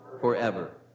forever